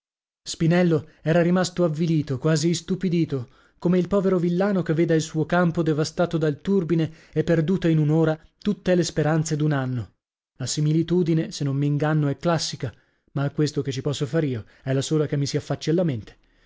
spinello era rimasto avvilito quasi istupidito come il povero villano che veda il suo campo devastato dal turbine e perdute in un'ora tutte le speranze d'un anno la similitudine se non m'inganno è classica ma a questo che ci posso far io è la sola che mi si